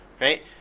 right